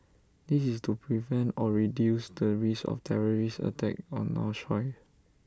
this is to prevent or reduce the risk of terrorist attack on our soil